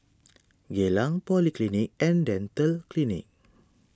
Geylang Polyclinic and Dental Clinic